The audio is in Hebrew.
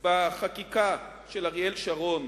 בחקיקה של אריאל שרון,